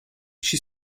she